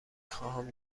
خواهم